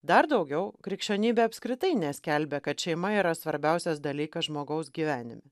dar daugiau krikščionybė apskritai neskelbia kad šeima yra svarbiausias dalykas žmogaus gyvenime